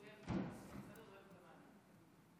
אופיר יכול לדבר לפניי?